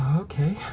Okay